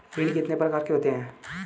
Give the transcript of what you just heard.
ऋण कितने प्रकार के होते हैं?